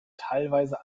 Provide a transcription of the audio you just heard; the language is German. teilweise